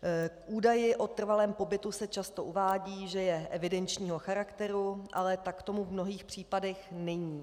V údaji o trvalém pobytu se často uvádí, že je evidenčního charakteru, ale tak tomu v mnohých případech není.